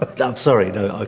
i'm sorry no.